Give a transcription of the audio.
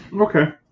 okay